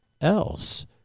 else